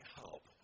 help